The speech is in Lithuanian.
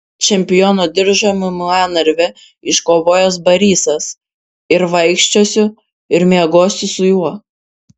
čempiono diržą mma narve iškovojęs barysas ir vaikščiosiu ir miegosiu su juo